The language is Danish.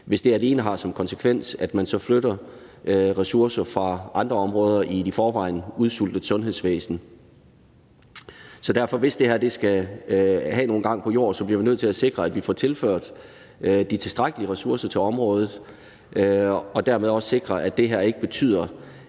hvis det alene har som konsekvens, at man så flytter ressourcer fra andre områder i et i forvejen udsultet sundhedsvæsen. Derfor bliver vi, hvis det her skal have nogen gang på jord, nødt til at sikre, at vi får tilført tilstrækkelig med ressourcer til området, og dermed også sikre, at det her ikke betyder,